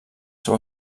seu